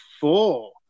four